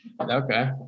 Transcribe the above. okay